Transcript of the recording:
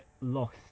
lost